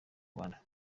rwanda